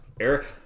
Eric